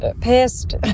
pissed